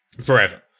forever